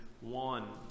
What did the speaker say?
one